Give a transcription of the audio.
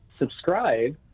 subscribe